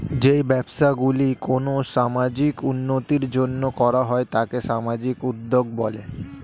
যেই ব্যবসাগুলি কোনো সামাজিক উন্নতির জন্য করা হয় তাকে সামাজিক উদ্যোগ বলে